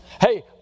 Hey